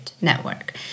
network